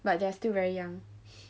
but they are still very young